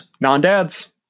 non-dads